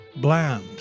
Bland